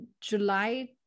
July